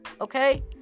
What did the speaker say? Okay